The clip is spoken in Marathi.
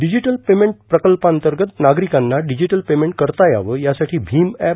डिजिटल पेमेंट प्रकल्पांतर्गत नागरिकांना डिजिटल पेमेंट करता यावं यासाठी भिम अॅप